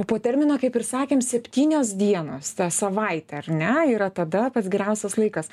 o po termino kaip ir sakėm septynios dienos ta savaitė ar ne yra tada pats geriausias laikas